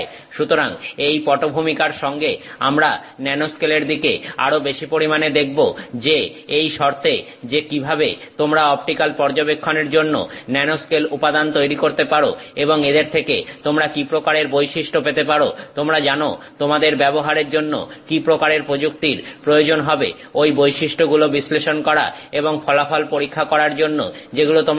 সুতরাং এই পটভূমিকার সঙ্গে আমরা ন্যানোস্কেলের দিকে আরো বেশি পরিমাণে দেখব যে এই শর্তে যে কিভাবে তোমরা অপটিক্যাল পর্যবেক্ষণের জন্য ন্যানোস্কেল উপাদান তৈরি করতে পারো এবং এদের থেকে তোমরা কি প্রকারের বৈশিষ্ট্য পেতে পারো তোমরা জানো তোমাদের ব্যবহারের জন্য কি প্রকারের প্রযুক্তির প্রয়োজন হবে ঐ বৈশিষ্ট্যগুলো বিশ্লেষণ করা এবং ফলাফল পরীক্ষা করার জন্য যেগুলো তোমরা পেয়েছ